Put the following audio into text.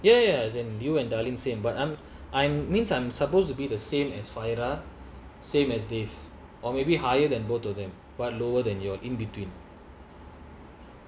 ya ya you and darlene same but I'm I'm means I'm supposed to be the same as fahira same as dave or maybe higher than both of them but lower than you all in between